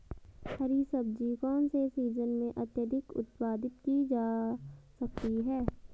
हरी सब्जी कौन से सीजन में अत्यधिक उत्पादित की जा सकती है?